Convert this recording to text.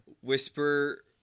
whisper